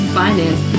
finance